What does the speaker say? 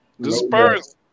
Disperse